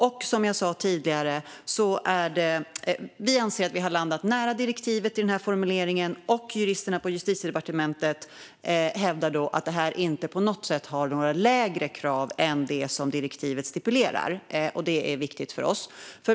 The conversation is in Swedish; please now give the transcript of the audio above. Och som jag sa tidigare anser vi att vi har landat nära direktivet i denna formulering, och juristerna på Justitiedepartementet hävdar att detta inte på något sätt innebär några lägre krav än det som direktivet stipulerar. Det är viktigt för oss.